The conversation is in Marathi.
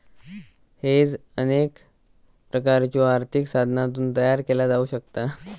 हेज अनेक प्रकारच्यो आर्थिक साधनांतून तयार केला जाऊ शकता